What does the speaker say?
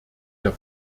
der